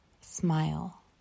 smile